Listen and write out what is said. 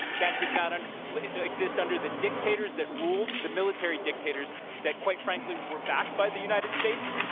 that did not and like exist under the dictators that ruled, the military dictators that quite frankly were backed by the united states,